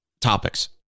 topics